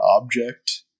object